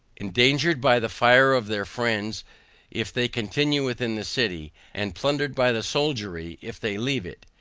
endangered by the fire of their friends if they continue within the city, and plundered by the soldiery if they leave it.